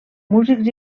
músics